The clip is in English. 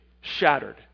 shattered